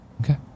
Okay